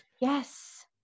Yes